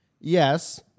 Yes